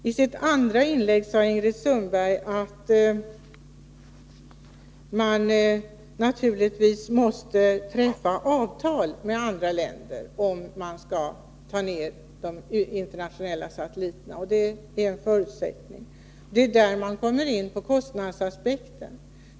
I sitt andra inlägg sade Ingrid Sundberg att man naturligtvis måste träffa avtal med andra länder om man skall utnyttja de internationella satelliterna. Ja, det är en förutsättning. Och det är där man kommer in på kostnadsaspekten.